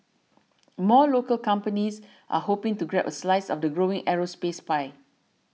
more local companies are hoping to grab a slice of the growing aerospace pie